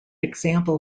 example